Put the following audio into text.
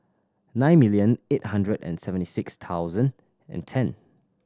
nine million eight hundred and seventy six thousand and ten